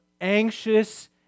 anxious